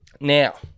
Now